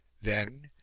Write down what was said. then,